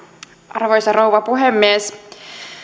arvoisa rouva puhemies